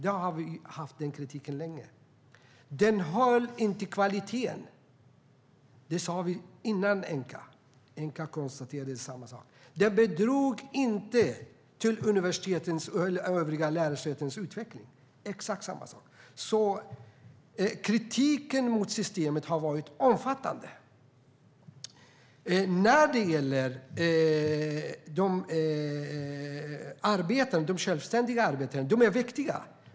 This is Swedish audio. Vi har haft den kritiken länge. Det höll inte kvaliteten. Det sa vi innan ENQA gjorde det. ENQA konstaterade samma sak. Det bidrog inte till övriga lärosätens utveckling - det är exakt samma sak. Kritiken mot systemet har varit omfattande. De självständiga arbetena är viktiga.